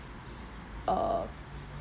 uh